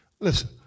Listen